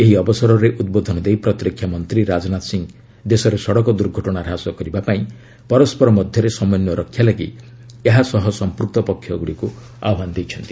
ଏହି ଅବସରରେ ଉଦ୍ବୋଧନ ଦେଇ ପ୍ରତିରକ୍ଷା ମନ୍ତ୍ରୀ ରାଜନାଥ ସିଂହ ଦେଶରେ ସଡ଼କ ଦୁର୍ଘଟଣା ହ୍ରାସ କରିବାପାଇଁ ପରସ୍କର ମଧ୍ୟରେ ସମନ୍ୱୟ ରକ୍ଷା ଲାଗି ଏହା ସହ ସମ୍ପୃକ୍ତ ପକ୍ଷଗୁଡ଼ିକୁ ଆହ୍ୱାନ ଦେଇଛନ୍ତି